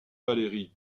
valery